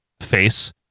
face